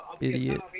idiot